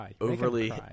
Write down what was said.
overly